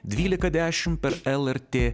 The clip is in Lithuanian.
dvylika dešim per lrt